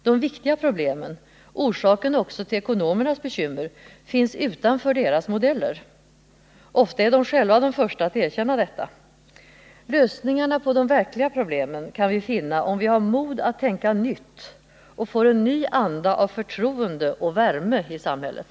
De viktiga problemen, orsaken också till ekonomernas bekymmer, finns utanför deras modeller. Ofta är de själva de första att erkänna detta. Lösningarna på de verkliga problemen kan vi finna om vi har mod att tänka nytt och får en ny anda av förtroende och värme i samhället.